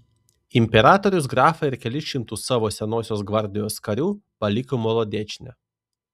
imperatorius grafą ir kelis šimtus savo senosios gvardijos karių paliko molodečne